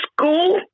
school